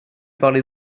parler